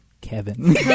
Kevin